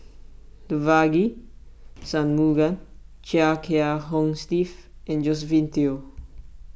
Devagi Sanmugam Chia Kiah Hong Steve and Josephine Teo